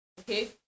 Okay